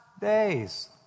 days